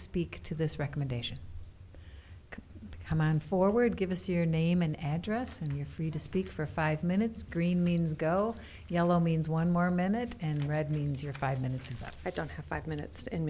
speak to this recommendation come on forward give us your name and address and you're free to speak for five minutes green means go yellow means one more minute and red means you're five minutes i don't have five minutes and